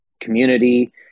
community